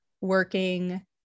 working